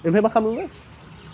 ओमफ्राय मा खालामनोमोनलाय